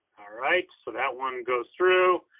all right, so that one goes through.